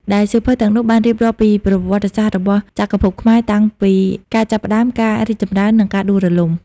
ដែលសៀវភៅទាំងនោះបានរៀបរាប់ពីប្រវត្តិសាស្ត្ររបស់ចក្រភពខ្មែរតាំងពីការចាប់ផ្ដើម ការរីកចម្រើន និងការដួលរលំ។